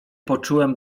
poczułem